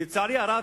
לצערי הרב,